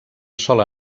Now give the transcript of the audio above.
sola